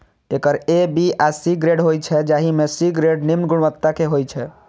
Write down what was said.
acre A, B आ C grade होइ छै, जाहि मे सी ग्रेड निम्न गुणवत्ता के होइ छै